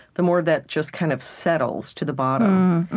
the more that just kind of settles to the bottom.